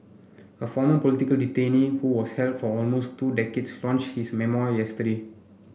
a former political detainee who was held for almost two decades launch his memoir yesterday